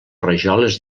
rajoles